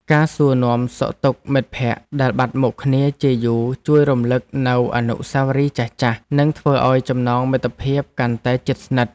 ការសួរនាំសុខទុក្ខមិត្តភក្តិដែលបាត់មុខគ្នាជាយូរជួយរំលឹកនូវអនុស្សាវរីយ៍ចាស់ៗនិងធ្វើឱ្យចំណងមិត្តភាពកាន់តែជិតស្និទ្ធ។